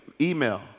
Email